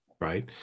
Right